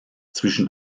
zwischen